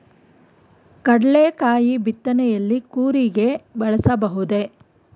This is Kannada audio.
ಕಡ್ಲೆಕಾಯಿ ಬಿತ್ತನೆಯಲ್ಲಿ ಕೂರಿಗೆ ಬಳಸಬಹುದೇ?